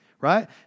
right